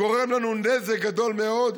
גורם לנו נזק גדול מאוד.